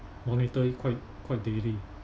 monitor it quite quite daily